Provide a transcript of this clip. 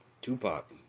Tupac